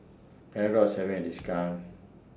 Panadol IS having A discount